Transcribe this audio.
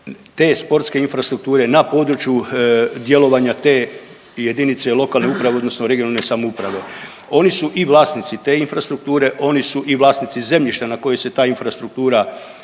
te sportske infrastrukture na području djelovanja te jedinice lokalne uprave odnosno regionalne samouprave. Oni su i vlasnici te infrastrukture, oni su i vlasnici zemljišta na kojoj se ta infrastruktura